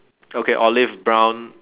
okay olive brown